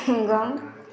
ହଙ୍କକ୍